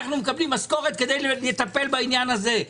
אנחנו מקבלים משכורת לטפל בעניין זה.